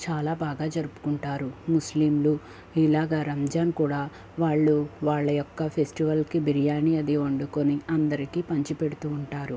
చాలా బాగా జరుపుకుంటారు ముస్లింలు ఇలాగా రంజాన్ కూడా వాళ్ళు వాళ్ళ యొక్క ఫెస్టివల్కి బిర్యానీ అది వండుకొని అందరికి పంచి పెడుతూ ఉంటారు